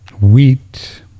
wheat